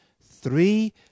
Three